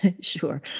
Sure